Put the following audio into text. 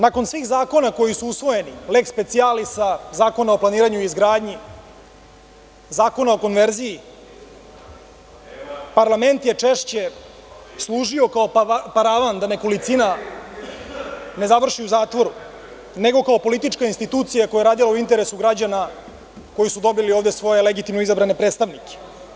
Nakon svih zakona koji su usvojeni, leks specijalisa, Zakona o planiranju i izgradnji, Zakona o konverziji, parlament je češće služio kao paravan da nekolicina ne završi u zatvoru, nego kao politička institucija koja je radila u interesu građana koji su dobili ovde svoje legitimno izabrane predstavnike.